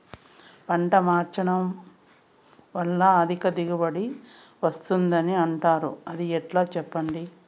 పంట మార్చడం వల్ల అధిక దిగుబడి వస్తుందని అంటారు అది ఎట్లా సెప్పండి